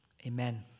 Amen